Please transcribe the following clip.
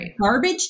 garbage